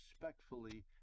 respectfully